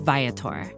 Viator